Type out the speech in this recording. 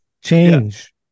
change